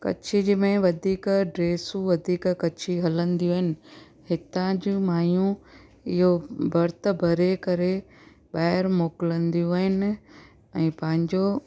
कच्छी जी में वधीक ड्रेसू वधीक कच्छी हलंदियूं आहिनि हितां जूं माइयूं इहो भर्त भरे करे ॿाहिरि मोकलंदियूं आहिनि ऐं पंहिंजो